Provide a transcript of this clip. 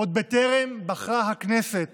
עוד בטרם בחרה הכנסת